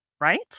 right